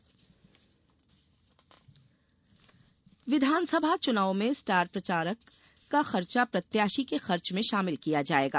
प्रत्याशी खर्च विधानसभा चुनाव में स्टार प्रचारक का खर्चा प्रत्याशी के खर्च में शामिल कियो जायेगा